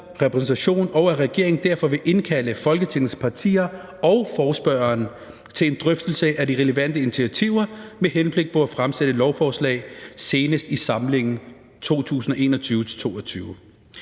repræsentation, og at regeringen derfor vil indkalde Folketingets partier og forespørgeren til en drøftelse af de relevante initiativer med henblik på at fremsætte lovforslag senest i samlingen 2021-22.